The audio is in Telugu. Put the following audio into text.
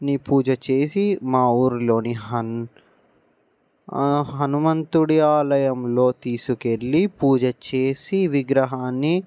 నీ పూజ చేసి మా ఊరిలోని హను ఆ హనుమంతుడి ఆలయంలో తీసుకెళ్లి పూజ చేసి విగ్రహాన్ని